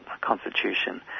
constitution